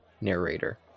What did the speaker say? narrator